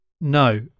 No